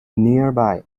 nearby